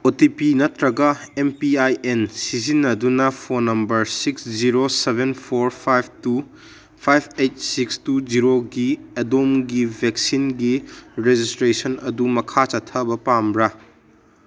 ꯑꯣ T P ꯅꯠꯇ꯭ꯔꯒ M P I N ꯁꯤꯖꯤꯟꯅꯗꯨꯅ phone number six zero seven four five two five eight six two ꯖꯦꯔꯣꯒꯤ ꯑꯗꯣꯝꯒꯤ ꯚꯦꯛꯁꯤꯟꯒꯤ ꯔꯦꯖꯤꯁꯇ꯭ꯔꯦꯁꯟ ꯑꯗꯨ ꯃꯈꯥ ꯆꯠꯊꯕ ꯄꯥꯝꯕ꯭ꯔꯥ